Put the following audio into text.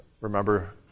Remember